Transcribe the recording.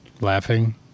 Laughing